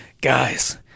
guys